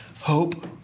Hope